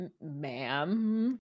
ma'am